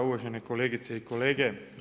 Uvažene kolegice i kolege.